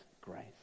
grace